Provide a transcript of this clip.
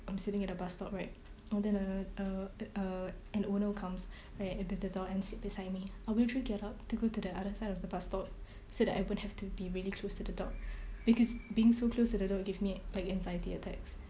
I'm sitting at the bus stop right and than uh uh uh an owner comes right and with the dog and sit beside me I will actually get up to go to the other side of the bus stop so that I won't have to be really close to the dog because being so close to the dog give me like anxiety attacks